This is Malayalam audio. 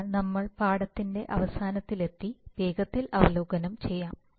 അതിനാൽ നമ്മൾ പാഠത്തിന്റെ അവസാനത്തിലെത്തി വേഗത്തിൽ അവലോകനം ചെയ്യാം